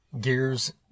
gears